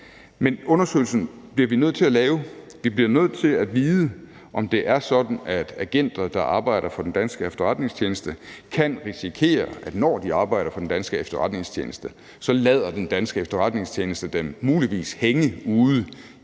Men undersøgelsen bliver vi nødt til at lave. Vi bliver nødt til at vide, om det er sådan, at agenter, der arbejder for den danske efterretningstjeneste, kan risikere, at når de arbejder for den danske efterretningstjeneste, lader den danske efterretningstjeneste dem muligvis hænge ude